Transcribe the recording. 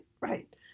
right